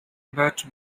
but